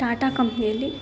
ಟಾಟಾ ಕಂಪ್ನಿಯಲ್ಲಿ